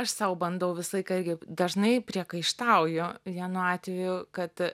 aš sau bandau visą laiką irgi dažnai priekaištauju vienu atveju kad